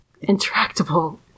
intractable